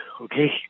okay